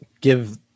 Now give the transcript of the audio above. give